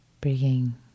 Bringing